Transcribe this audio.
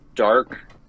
dark